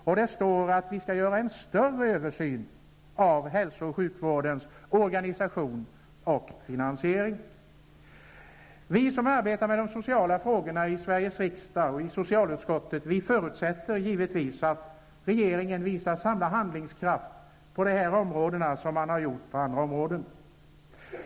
Det står också att vi skall göra en större översyn av hälso och sjukvårdens organisation och finansiering. Vi som arbetar med de sociala frågorna i Sveriges riksdag och i socialutskottet förutsätter givetvis att regeringen visar samma handlingskraft på detta område som den har gjort på andra områden.